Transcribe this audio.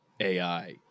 AI